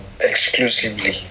Exclusively